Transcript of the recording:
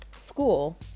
school